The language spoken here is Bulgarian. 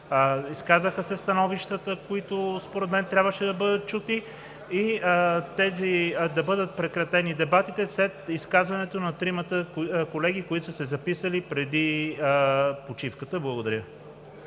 изказаха се становищата, които според мен трябваше да бъдат чути. Да бъдат прекратени дебатите след изказванията на тримата колеги, които са се записали преди почивката. Благодаря.